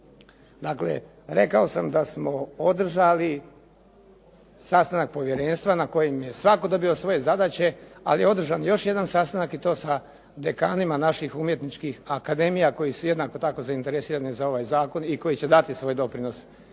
Dakle, rekao sam da smo održali sastanak povjerenstva na kojem je svatko dobio svoje zadaće, ali je održan još jedan sastanak i to sa dekanima naših umjetničkih akademija koje su jednako tako zainteresirani za ovaj zakon i koji će dati svoj doprinos